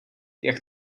jak